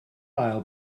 ail